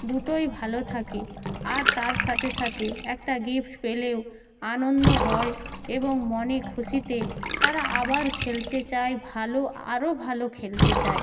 দুটোই ভালো থাকে আর তার সাথে সাথে একটা গিফ্ট পেলেও আনন্দ হয় এবং মনে খুশিতে তারা আবার খেলতে চায় ভালো আরও ভালো খেলতে চায়